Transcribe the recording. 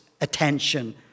attention